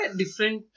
different